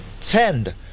Tend